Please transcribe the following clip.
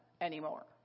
anymore